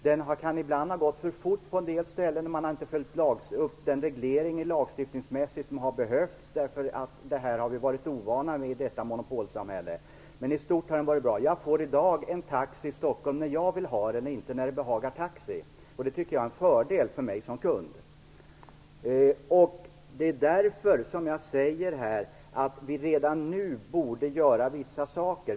Den kan ibland ha gått för fort på en del ställen, och eftersom det här är något vi har varit ovana vid i detta monopolsamhälle har man inte följt upp med den lagstiftningsmässiga reglering som behövts. I stort har dock avregleringen varit bra. Jag får i dag en taxi i Stockholm när jag vill ha den och inte när det behagar Taxi. Det tycker jag är en fördel för mig som kund. Det är därför jag säger att vi redan nu borde göra vissa saker.